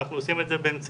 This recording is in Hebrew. אנחנו עושים את זה באמצעות